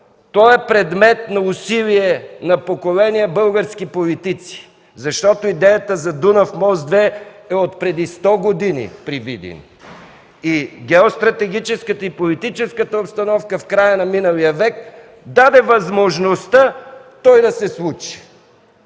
„То е предмет на усилия на поколения български политици”. Защото идеята за „Дунав мост 2” при Видин е отпреди 100 години и геостратегическата и политическата обстановка в края на миналия век дадоха възможността той да се случи.